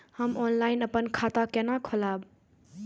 हम ऑनलाइन अपन खाता केना खोलाब?